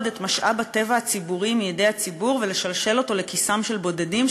את משאב הטבע הציבורי מידי הציבור ולשלשל אותו לכיסם של בודדים,